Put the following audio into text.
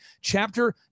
chapter